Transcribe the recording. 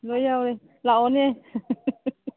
ꯂꯣꯏ ꯌꯥꯎꯔꯦ ꯂꯥꯛꯑꯣꯅꯦ